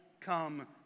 come